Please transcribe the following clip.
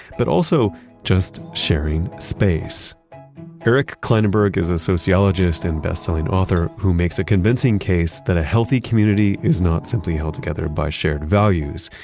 but also just sharing space eric klinenberg is a sociologist and bestselling author who makes a convincing case that a healthy community is not simply held together by shared values,